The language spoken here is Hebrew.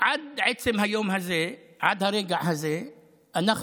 עד עצם היום הזה, עד הרגע הזה אנחנו,